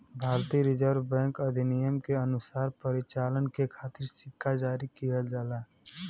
भारतीय reserve bank अधिनियम के अनुसार परिचालन के खातिर सिक्का जारी किहल जाला